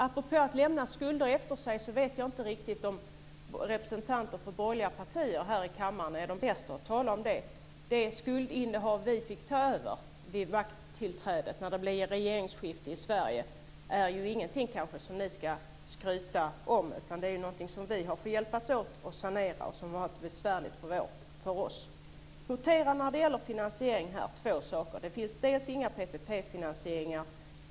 Apropå att lämna skulder efter sig, vet jag inte om representanter för de borgerliga partierna här i kammaren är de bästa att tala om det. Det skuldinnehav vi fick ta över vid makttillträdet när det blev regeringsskifte i Sverige, är kanske inte något som ni ska skryta om. Det är något som vi har fått hjälpas åt att sanera och som har varit besvärligt för oss. När det gäller finansieringen kan man notera att det inte finns några PPP-finansieringar.